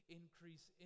increase